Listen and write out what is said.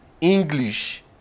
English